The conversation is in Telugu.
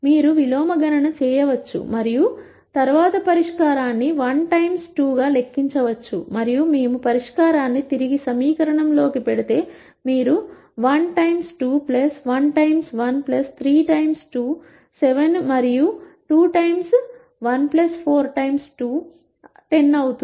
మీరు విలోమ గణన చేయవచ్చు మరియు తరువాత పరిష్కారాన్ని 1 times 2 గా లెక్కించవచ్చు మరియు మేము పరిష్కారాన్ని తిరిగి సమీకరణం లోకి పెడితే మీరు 1 times 2 1 times 1 3 times 2 7 మరియు 2 times 1 4 times 2 10 అవుతుంది